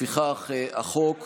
אפילו פעם אחת